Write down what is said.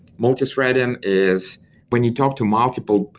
multithreading is when you talk to multiple,